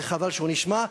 וחבל שהוא נשמע,